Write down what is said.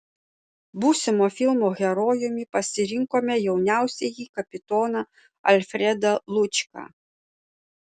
būsimo filmo herojumi pasirinkome jauniausiąjį kapitoną alfredą lučką